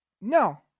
No